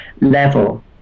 level